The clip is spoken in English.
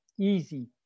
easy